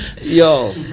Yo